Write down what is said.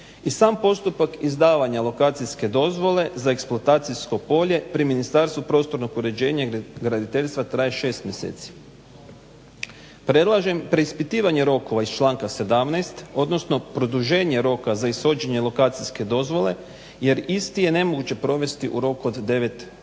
I sam postupak izdavanja lokacijske dozvole za eksploatacijsko polje pri Ministarstvu prostornog uređenja i graditeljstva traje 6 mjeseci. Predlažem preispitivanje rokova iz članka 17.odnosno produženje roka za ishođenje lokacijske dozvole jer isti je nemoguće provesti u roku od 9 mjeseci.